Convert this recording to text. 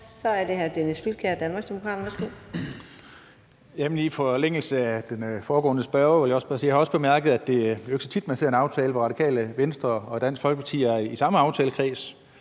Så er det hr. Dennis Flydtkjær, Danmarksdemokraterne.